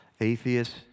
Atheists